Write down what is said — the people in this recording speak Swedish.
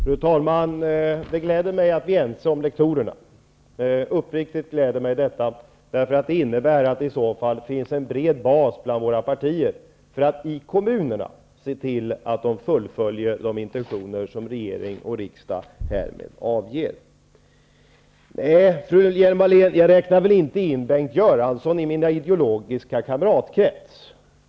Fru talman! Det gläder mig att vi är överens om rektorerna. Uppriktigt gläder mig detta, därför att det innebär att det i så fall finns en bred bas bland våra partier för att i kommunerna se till att man fullföljer de intentioner som regering och riksdag härmed avger. Nej, fru Hjelm-Wallén, jag räknar väl inte in Bengt Göransson i min ideologiska kamratkrets.